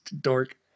Dork